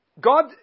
God